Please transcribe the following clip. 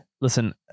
Listen